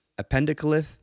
appendicolith